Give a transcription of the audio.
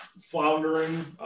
floundering